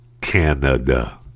Canada